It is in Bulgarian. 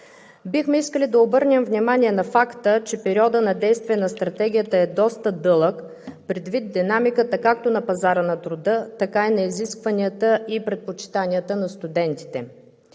Бихме искали да обърнем внимание на факта, че периодът на действие на Стратегията е доста дълъг предвид динамиката както на пазара на труда, така и на изискванията и предпочитанията на студентите.